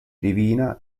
divina